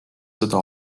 seda